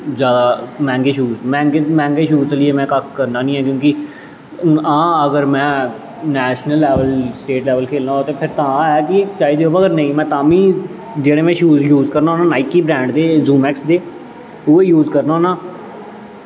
जैदा मैंह्गे शूज़ मैंह्गे शूज़ लेइयै में कक्ख करना निं ऐ क्योंकि हां अगर में नैशनल लैवल स्टेट लैवल खेलना होए ते फिर तां है कि चाहिदे पर में तां बी जेह्ड़े में शूज़ यूज़ करना होन्ना नाइकी ब्रैंड़ दे जोमैक्स दे ओह् यूज़ करना होन्ना